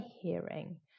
hearing